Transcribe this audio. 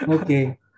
Okay